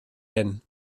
hyn